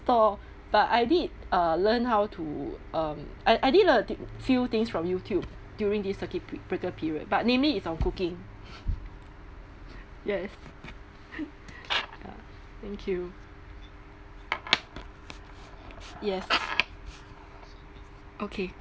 but I did uh learn how to um I I did learn t~ few things from youtube during this circuit breaker period but namely it's on cooking yes ya thank you yes okay